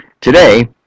Today